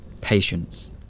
Patience